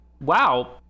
wow